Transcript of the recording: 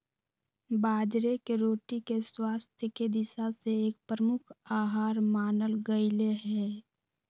बाजरे के रोटी के स्वास्थ्य के दिशा से एक प्रमुख आहार मानल गयले है